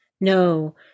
No